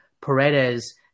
Paredes